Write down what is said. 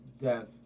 death